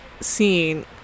seeing